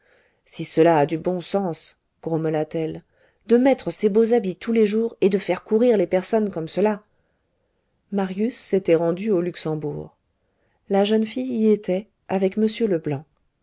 si cela a du bon sens grommela t elle de mettre ses beaux habits tous les jours et de faire courir les personnes comme cela marius s'était rendu au luxembourg la jeune fille y était avec m leblanc